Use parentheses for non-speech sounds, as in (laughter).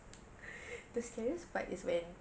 (breath) the scariest part is when